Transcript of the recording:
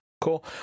cool